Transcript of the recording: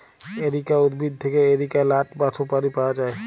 areca উদ্ভিদ থেক্যে areca লাট বা সুপারি পায়া যায়